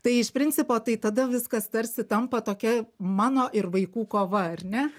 tai iš principo tai tada viskas tarsi tampa tokia mano ir vaikų kova ar ne